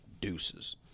deuces